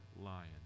lion